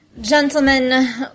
Gentlemen